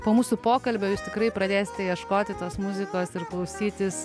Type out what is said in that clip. po mūsų pokalbio jūs tikrai pradėsite ieškoti tos muzikos ir klausytis